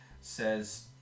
says